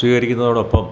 സ്വീകരിക്കുന്നതോടൊപ്പം